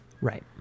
Right